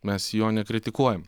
mes jo nekritikuojam